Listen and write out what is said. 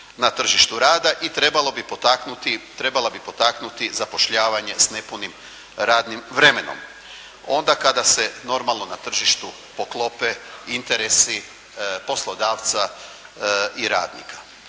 na tržištu rada i trebala bi potaknuti zapošljavanje s nepunim radnim vremenom onda kada se na tržištu poklope interesi poslodavca i radnika.